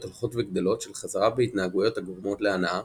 הולכות וגדלות של חזרה בהתנהגויות הגורמות להנאה,